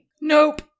Nope